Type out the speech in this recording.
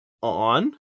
On